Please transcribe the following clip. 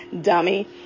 dummy